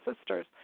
sisters